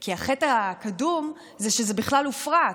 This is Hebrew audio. כי החטא הקדום הוא שזה בכלל הופרט.